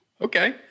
Okay